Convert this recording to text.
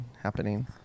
happening